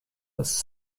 was